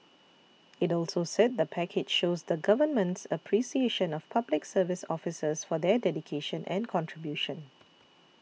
it also said the package shows the Government's appreciation of Public Service officers for their dedication and contribution